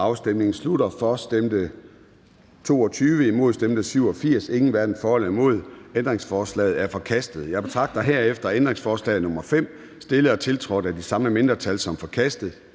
hverken for eller imod stemte 0. Ændringsforslaget er forkastet. Jeg betragter herefter ændringsforslag nr. 5, stillet og tiltrådt af de samme mindretal, som forkastet.